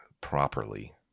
properly